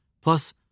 plus